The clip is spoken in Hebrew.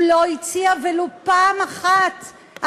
הוא לא הציע ולו פעם אחת,